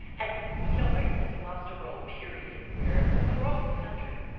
and you know we're in this lobster roll period where across the country,